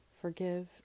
Forgive